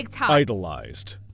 idolized